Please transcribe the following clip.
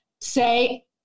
say